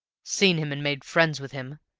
seen him and made friends with him,